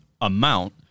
amount